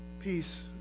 Peace